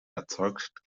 erzeugt